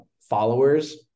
followers